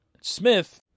Smith